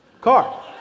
car